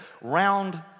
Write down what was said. round